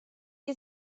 que